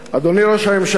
אדוני ראש הממשלה,